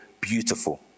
beautiful